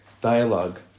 dialogue